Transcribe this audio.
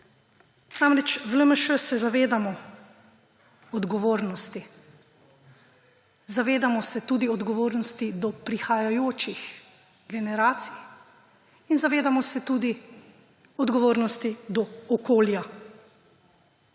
V LMŠ se zavedamo odgovornosti. Zavedamo se tudi odgovornosti do prihajajočih generacij in zavedamo se tudi odgovornosti do okolja